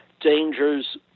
dangers